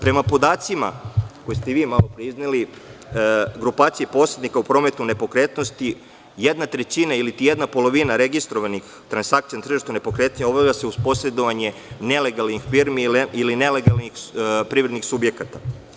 Prema podacima, koje ste vi malopre izneli, grupacije posrednika u prometu nepokretnosti, jedna trećina ili jedna polovina registrovanih transakcija na tržištu nepokretnosti obavlja se uz posredovanje nelegalnih firmi ili nelegalnih privrednih subjekata.